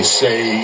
say